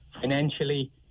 financially